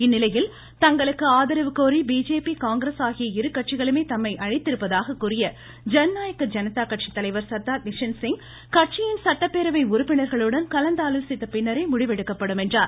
இந்நிலையில் தங்களுக்கு ஆதரவு கோரி பிஜேபி காங்கிரஸ் ஆகிய இருகட்சிகளுமே தம்மை அழைத்திருப்பதாக கூறிய ஜன்நாயக் ஜனதா கட்சி தலைவர் சர்தார் நிஷன்த்சிங் கட்சியின் சட்டப்பேரவை உறுப்பினர்களுடன் கலந்தாலோசித்த பின்னரே முடிவெடுக்கப்படும் என்றார்